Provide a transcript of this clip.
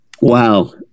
wow